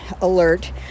alert